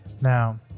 Now